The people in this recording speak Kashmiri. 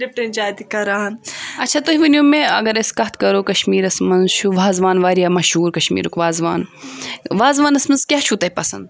لِپٹن چاے تہِ کران اچھا تُہۍ وونِو مےٚ اگر أسۍ کَتھ کَرو کَشمیٖرس منٛز چھُ وازوان واریاہ مشہور کشمیٖرُک وازوان وازوانس منٛز کیاہ چھُو تۄہہِ پسند